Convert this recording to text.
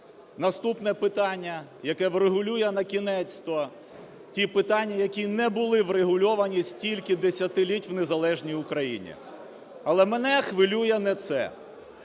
Наступне питання, яке врегулює накінець-то ті питання, які не були врегульовані стільки десятиліть в незалежній Україні. Але мене хвилює не це.